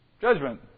judgment